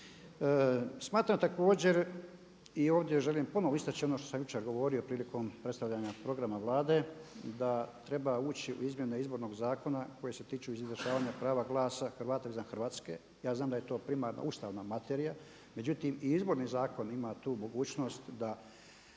Smatram također i ovdje želim ponovno istaći ono što sam jučer govorio prilikom predstavljanja programa Vlade da treba ući u izmjene Izbornog zakona koje se tiču izvršavanja prava glasa Hrvata izvan Hrvatske. Ja znam da je to primarna ustavna materija, međutim i Izborni zakon ima tu mogućnost da